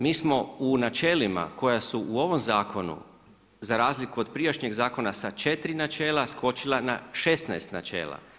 Mi smo u načelima koja su u ovom zakonu za razliku od prijašnjeg zakona sa 4 načela skočila na 16 načela.